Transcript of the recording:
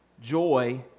joy